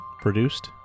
produced